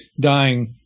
dying